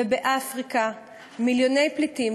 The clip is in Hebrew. ובאפריקה מיליוני פליטים.